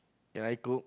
can I cook